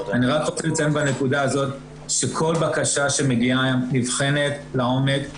אני רק רוצה לציין בנקודה הזאת שכל בקשה שמגיעה נבחנת לעומק,